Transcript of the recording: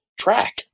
track